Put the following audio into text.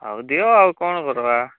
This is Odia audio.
ହଉ ଦିଅ ଆଉ କ'ଣ କରିବା